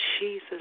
Jesus